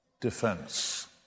defense